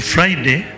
Friday